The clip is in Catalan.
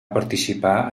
participar